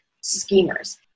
schemers